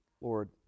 Lord